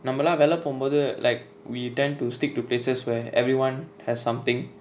நம்மலா வெளில போகும்போது:nammala velila pokumpothu like we tend to stick to places where everyone has something